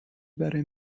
برای